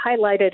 highlighted